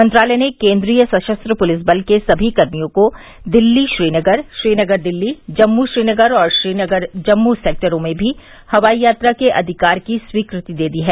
मंत्रालय ने केन्द्रीय सशस्त्र पुलिस बल के सभी कर्मियो को दिल्ली श्रीनगर श्रीनगर दिल्ली जम्मू श्रीनगर और श्रीनगर जम्मू सेक्टरो में भी हवाई यात्रा के अधिकार की स्वीकृति दे दी है